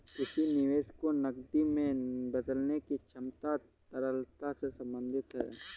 किसी निवेश को नकदी में बदलने की क्षमता तरलता से संबंधित है